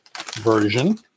version